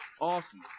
awesome